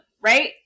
right